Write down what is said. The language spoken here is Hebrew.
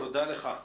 תודה לך.